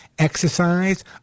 exercise